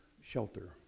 shelter